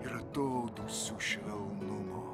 ir atodūsių švelnumo